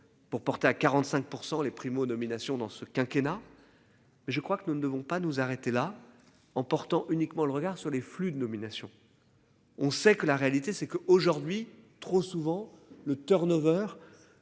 pour porter à 45% les primo-nominations dans ce quinquennat. Mais je crois que nous ne devons pas nous arrêter là en portant uniquement le regard sur les flux de nomination. On sait que la réalité c'est que aujourd'hui trop souvent le turn-over